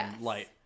light